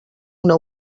una